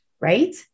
right